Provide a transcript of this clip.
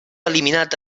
eliminat